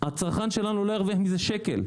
הצרכן שלנו לא ירוויח מזה שקל,